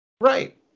Right